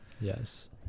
Yes